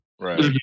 Right